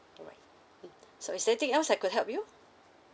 alright mm so is there anything else I could help you